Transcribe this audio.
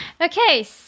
Okay